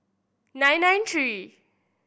nine nine three